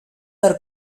are